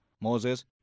Moses